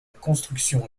construction